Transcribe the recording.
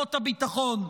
ומערכות הביטחון,